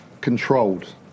controlled